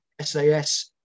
SAS